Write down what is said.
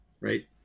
right